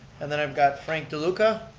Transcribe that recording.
and then i've got frank deluca.